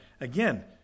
Again